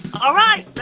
all right,